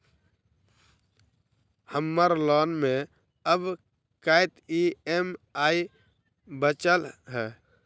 हम्मर लोन मे आब कैत ई.एम.आई बचल ह?